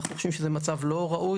אנחנו חושבים שזה מצב לא ראוי.